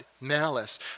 malice